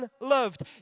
unloved